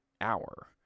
hour